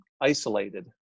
isolated